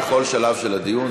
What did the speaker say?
בכל שלב של הדיון,